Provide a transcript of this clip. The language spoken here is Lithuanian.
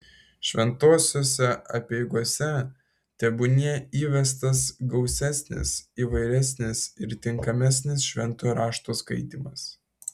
šventosiose apeigose tebūnie įvestas gausesnis įvairesnis ir tinkamesnis šventojo rašto skaitymas